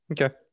Okay